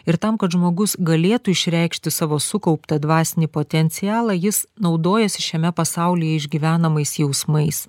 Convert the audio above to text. ir tam kad žmogus galėtų išreikšti savo sukauptą dvasinį potencialą jis naudojasi šiame pasaulyje išgyvenamais jausmais